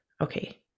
Okay